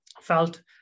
felt